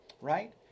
right